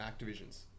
Activision's